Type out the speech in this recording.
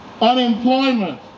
unemployment